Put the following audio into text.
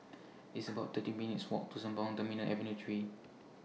It's about thirty minutes' Walk to Sembawang Terminal Avenue three